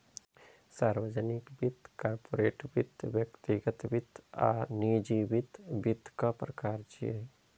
सार्वजनिक वित्त, कॉरपोरेट वित्त, व्यक्तिगत वित्त आ निजी वित्त वित्तक प्रकार छियै